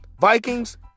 Vikings